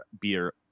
Beer